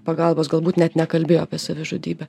pagalbos galbūt net nekalbėjo apie savižudybę